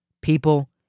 People